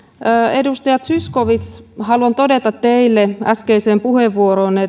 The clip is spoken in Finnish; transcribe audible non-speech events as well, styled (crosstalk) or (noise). edustaja zyskowicz haluan todeta teille äskeiseen puheenvuoroonne (unintelligible)